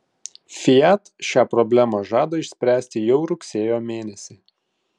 fiat šią problemą žada išspręsti jau rugsėjo mėnesį